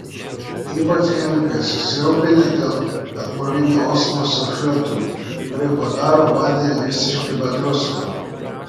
ypač chemikai susirūpinę dėl atbulinio osmoso filtrų kurie padaro vandenį visiškai be druskų